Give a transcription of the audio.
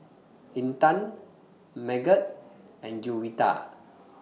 Intan Megat and Juwita